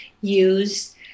use